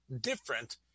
different